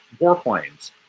warplanes